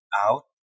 out